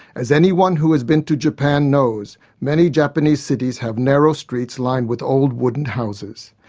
as anyone who has been to japan knows many japanese cities have narrow streets lined with old wooden houses.